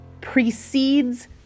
precedes